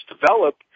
develop